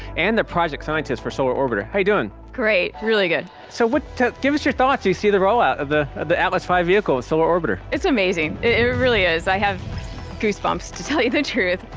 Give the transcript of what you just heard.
and the project scientist for solar orbiter. how great, really good. so what give us your thoughts you see the roll-out of the of the atlas v vehicle, solar orbiter? it's amazing. it-it really is. i have goose bumps to tell you the truth.